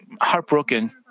heartbroken